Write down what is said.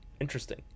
interesting